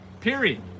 period